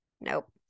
Nope